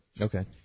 Okay